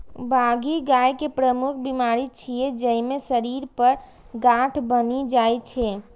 बाघी गाय के प्रमुख बीमारी छियै, जइमे शरीर पर गांठ बनि जाइ छै